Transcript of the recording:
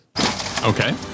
Okay